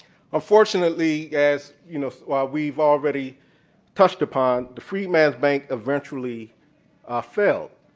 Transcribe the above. unfortunately, as you know we've already touched upon, the freedman's bank eventually fell.